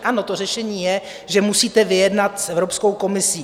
Ano, to řešení je, že musíte vyjednat s Evropskou komisí.